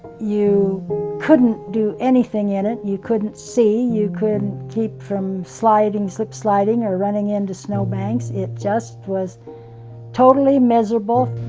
you couldn't do anything in it. you couldn't see. you couldn't keep from sliding, slip-sliding, or running into snowbanks. it just was totally miserable.